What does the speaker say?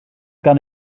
gan